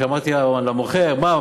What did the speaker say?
שאמרתי למוכר: מה,